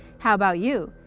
how about you?